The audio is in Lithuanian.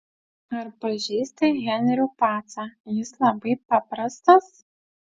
ar pažįsti henrių pacą jis labai paprastas